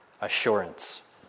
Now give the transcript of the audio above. assurance